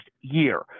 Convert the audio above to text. year